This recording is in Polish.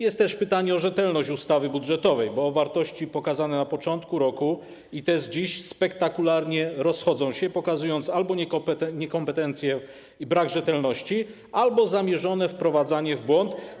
Jest też pytanie o rzetelność ustawy budżetowej, bo wartości pokazane na początku roku i te pokazane dziś spektakularnie się rozchodzą, pokazując albo niekompetencję i brak rzetelności, albo zamierzone wprowadzanie w błąd.